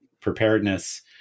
preparedness